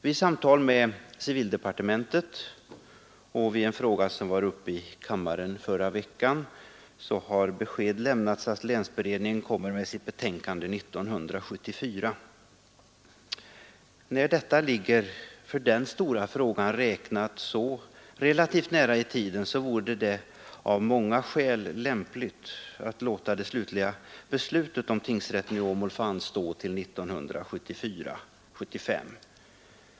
Vid samtal med civildepartementet och vid behandling av en fråga som var uppe i kammaren i förra veckan har besked lämnats att länsberedningen kommer med sitt betänkande 1974. Eftersom detta ligger så relativt nära i tiden, vore det av många skäl lämpligt att låta det slutliga beslutet om tingsrätten i Åmål få anstå till 1974—1975.